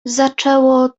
zaczęło